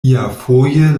iafoje